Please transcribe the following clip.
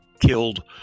killed